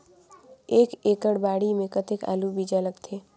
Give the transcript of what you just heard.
एक एकड़ बाड़ी मे कतेक आलू बीजा लगथे?